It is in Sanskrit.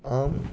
अहं